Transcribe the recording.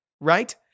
right